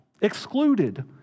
Excluded